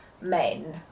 men